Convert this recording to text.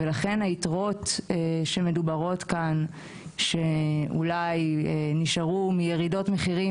ולכן היתרות שהוזכרו כאן שאולי נשארו מירידות מחירים